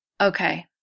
okay